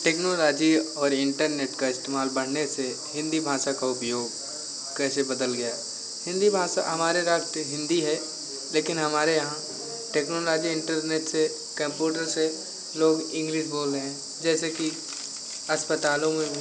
technology और internet का इस्तेमाल बढ़ने से हिन्दी भाषा का उपयोग कैसे बदल गया है हिन्दी भाषा हमारे राष्ट्र हिन्दी है लेकिन हमारे यहाँ टेक्नोलोजी इन्टरनेट से कम्पूटर से लोग इंग्लिश बोल रहे हैं जैसे कि अस्पतालों में भी